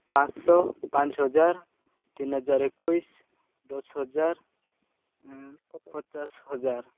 ପାଞ୍ଚଶହ ପାଞ୍ଚ ହଜାର ତିନ ହଜାର ଏକୋଇଶ ଦଶ ହଜାର ପଚାଶ ହଜାର